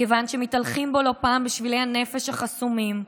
כיוון שמתהלכים בו לא פעם בשבילי הנפש החסומים,